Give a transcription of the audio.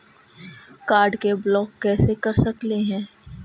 Card के block कैसे कर सकली हे?